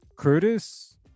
Curtis